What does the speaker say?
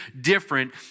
different